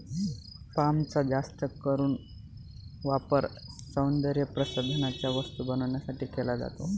पामचा जास्त करून वापर सौंदर्यप्रसाधनांच्या वस्तू बनवण्यासाठी केला जातो